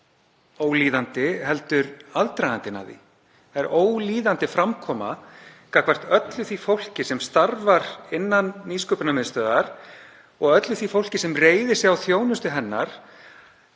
sem er ólíðandi heldur aðdragandinn að því. Það er ólíðandi framkoma gagnvart öllu því fólki sem starfar innan Nýsköpunarmiðstöðvar og öllu því fólki sem reiðir sig á þjónustu hennar